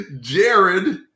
Jared